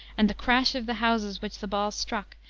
and the crash of the houses which the balls struck,